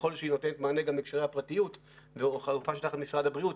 ככל היא נותנת מענה גם להקשרי הפרטיות וזו חלופה של משרד הבריאות,